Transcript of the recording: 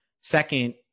Second